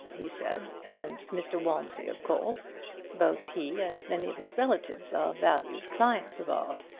he said, and mr. walmsley, of course both he and many of his relatives are valued clients of ours.